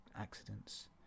accidents